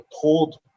told